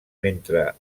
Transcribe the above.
mentre